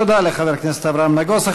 תודה לחבר הכנסת אברהם נגוסה.